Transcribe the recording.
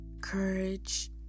courage